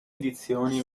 edizioni